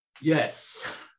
Yes